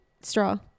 straw